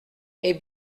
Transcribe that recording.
est